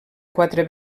quatre